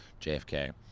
jfk